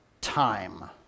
time